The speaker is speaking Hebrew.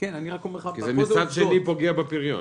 כי זה מצד שני פוגע בפריון.